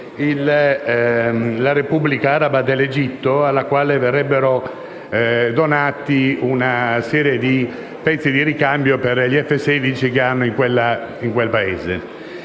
la Repubblica araba dell'Egitto, alla quale verrebbero donati una serie di pezzi di ricambio per gli F-16 che hanno in quel Paese.